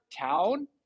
town